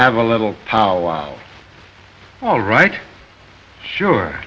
have a little pow wow all right sure